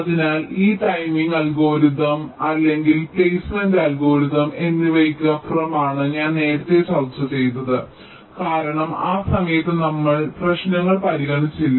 അതിനാൽ ഇ timing algorithm അല്ലെങ്കിൽ പ്ലേസ്മെന്റ് അൽഗോരിതം എന്നിവയ്ക്ക് അപ്പുറമാണ് ഞാൻ നേരത്തെ ചർച്ച ചെയ്തതാണ് കാരണം ആ സമയത്ത് നമ്മൾ സമയ പ്രശ്നങ്ങൾ പരിഗണിച്ചില്ല